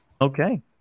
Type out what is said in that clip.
Okay